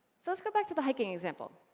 so let's go back to the hiking example.